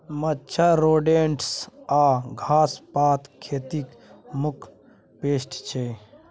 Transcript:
मच्छर, रोडेन्ट्स आ घास पात खेतीक मुख्य पेस्ट छै